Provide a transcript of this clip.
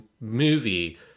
movie